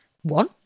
one